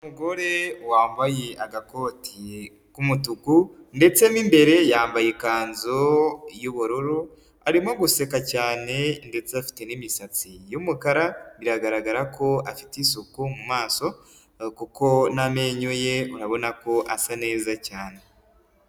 Umugore wambaye agakoti k'umutuku ndetse mu imbere yambaye ikanzu y'ubururu, arimo guseka cyane ndetse afite n'imisatsi y'umukara, biragaragara ko afite isuku mu maso kuko n'amenyo ye urabona ko asa neza cyane.